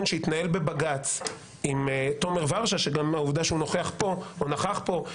שהתנהל בבג"ץ עם תומר ורשה שגם העובדה שהוא נוכח פה הוא נכח פה,